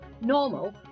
normal